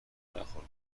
نخور